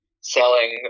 selling